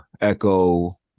echo